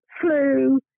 flu